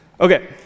Okay